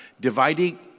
dividing